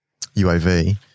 UAV